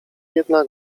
jednak